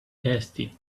hasty